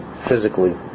physically